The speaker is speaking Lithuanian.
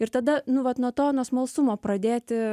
ir tada nu vat nuo to nuo smalsumo pradėti